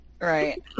Right